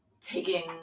taking